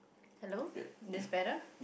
hello this better